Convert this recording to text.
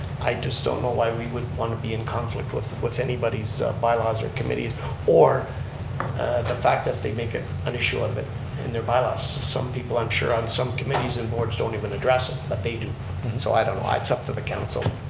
i just don't know why we would want to be in conflict with with anybody's by-laws or committees or the fact that they make an issue of it in their by-laws. some people, i'm sure, on some committees and boards don't even address it but they do so i don't know, it's up to the council.